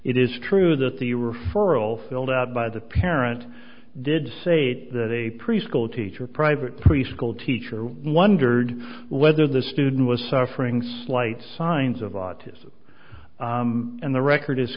it is true that the referral filled out by the parent did say that a preschool teacher private preschool teacher wondered whether the student was suffering slight signs of autism and the record